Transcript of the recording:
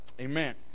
Amen